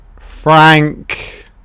Frank